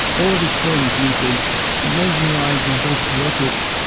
all of his films use these mesmerising, very poetic,